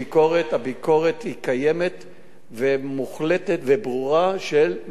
הביקורת קיימת ומוחלטת וברורה, של משרד הבריאות.